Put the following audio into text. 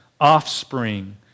offspring